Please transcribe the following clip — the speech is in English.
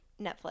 Netflix